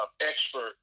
expert